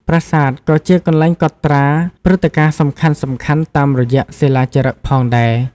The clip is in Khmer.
ប្រាសាទក៏ជាកន្លែងកត់ត្រាព្រឹត្តិការណ៍សំខាន់ៗតាមរយៈសិលាចារឹកផងដែរ។